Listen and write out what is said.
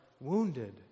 wounded